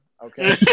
Okay